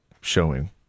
showing